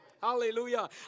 Hallelujah